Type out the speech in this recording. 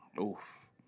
Oof